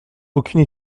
aucune